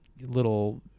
little